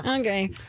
Okay